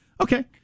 Okay